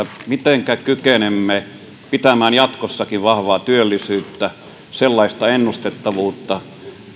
mitenkä kykenemme pitämään jatkossakin yllä vahvaa työllisyyttä sellaista ennustettavuutta